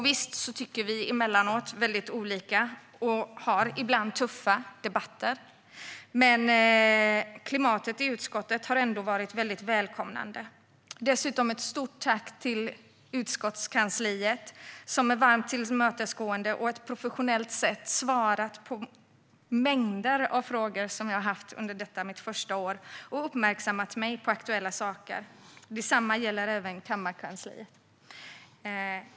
Visst tycker vi emellanåt väldigt olika och har ibland tuffa debatter. Men klimatet i utskottet har ändå varit väldigt välkomnande. Dessutom vill jag rikta ett stort tack till utskottskansliet, som är varmt tillmötesgående och som på ett professionellt sätt har svarat på mängder av frågor som jag har haft under detta mitt första år och uppmärksammat mig på aktuella saker. Detsamma gäller kammarkansliet.